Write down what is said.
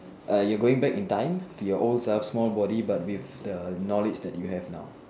err you going back in time to your old self small body but with the knowledge that you have now